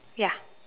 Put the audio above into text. ya